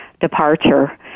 departure